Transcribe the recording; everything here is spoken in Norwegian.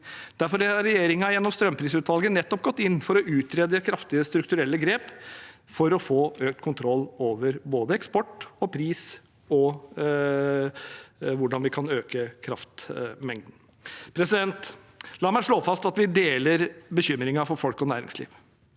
Derfor har regjeringen gjennom strømprisutvalget nettopp gått inn for å utrede kraftige strukturelle grep for å få økt kontroll over både eksport og pris og hvordan vi kan øke kraftmengden. La meg slå fast at vi deler bekymringen for folk og næringsliv.